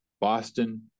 Boston